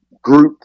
group